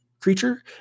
creature